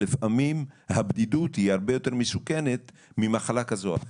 לפעמים הבדידות היא הרבה יותר מסוכנת ממחלה כזו או אחרת.